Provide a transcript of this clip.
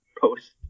post